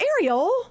Ariel